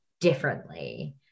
differently